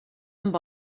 amb